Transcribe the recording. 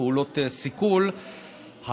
פעולות סיכול,